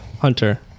Hunter